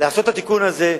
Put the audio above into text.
לעשות את התיקון הזה,